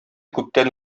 күптән